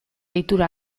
deitura